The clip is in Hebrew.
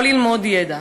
שלא ללמוד ידע